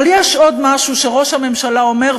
אבל יש עוד משהו שראש הממשלה אומר,